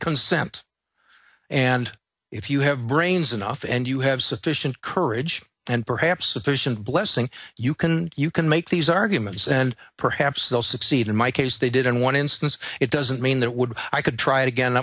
consent and if you have brains enough and you have sufficient courage and perhaps sufficient blessing you can you can make these arguments and perhaps they'll succeed in my case they did in one instance it doesn't mean that would i could try again